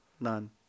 None